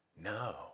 No